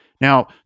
Now